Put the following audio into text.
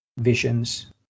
visions